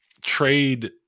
trade